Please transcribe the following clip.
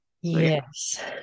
Yes